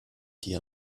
dir